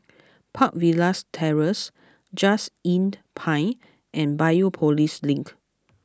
Park Villas Terrace Just Inn Pine and Biopolis Link